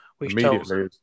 immediately